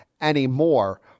anymore